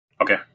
Okay